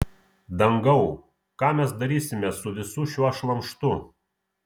dangau ką mes darysime su visu šiuo šlamštu